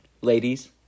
Ladies